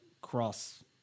cross